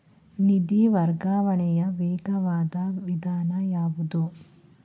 ನಿಧಿ ವರ್ಗಾವಣೆಯ ವೇಗವಾದ ವಿಧಾನ ಯಾವುದು?